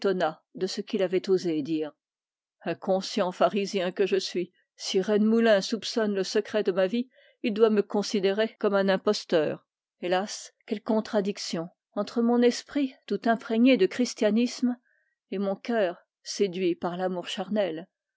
bien pharisien que je suis si rennemoulin soupçonne le secret de ma vie il doit me considérer comme un imposteur hélas quelles contradictions entre mon esprit tout imprégné de christianisme et mon cœur séduit par l'amour charnel